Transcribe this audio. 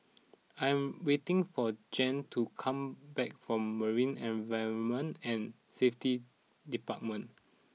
I am waiting for Jan to come back from Marine Environment and Safety Department